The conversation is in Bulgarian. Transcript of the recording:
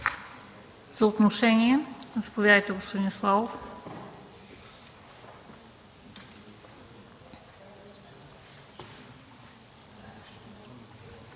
За отношение – заповядайте, господин Славов.